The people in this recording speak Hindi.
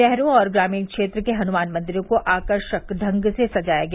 शहरों और ग्रामीण क्षेत्र के हनुमान मंदिरों को आकर्षक ढंग से सजाया गया